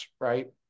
right